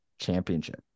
Championship